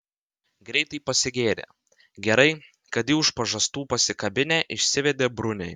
greitai pasigėrė gerai kad jį už pažastų pasikabinę išsivedė bruniai